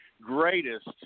Greatest